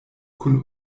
kun